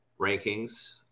rankings